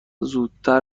زودتر